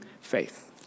faith